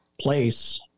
place